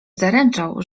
zaręczał